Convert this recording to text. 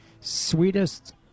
sweetest